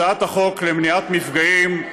הצעת החוק למניעת מפגעים,